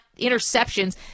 interceptions